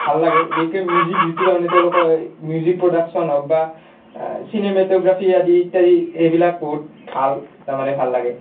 ভাল লাগে বিশেষকৈ মিউজিক যিটো তাৰমানে তেওঁলোকৰ মিউজিক প্ৰডাকচন হওক বা চিনেমেট'গাফ্ৰী আদি ইত্যাদি এইবিলাক বহুত ভাল তাৰমানে ভাল লাগে